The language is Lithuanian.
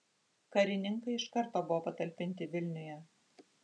karininkai iš karto buvo patalpinti vilniuje